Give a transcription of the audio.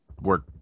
work